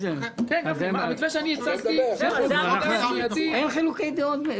אין חילוקי דעות.